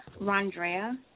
Rondrea